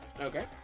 Okay